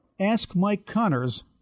askmikeconnors